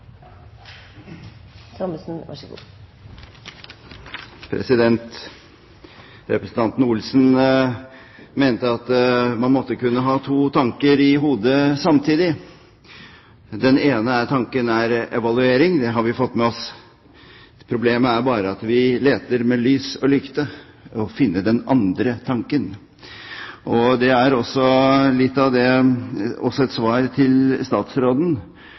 Representanten Olsen mente at man måtte kunne ha to tanker i hodet samtidig. Den ene tanken er evaluering, det har vi fått med oss. Problemet er bare at vi leter med lys og lykte for å finne den andre tanken. Litt av det er også et svar til statsråden, som synes det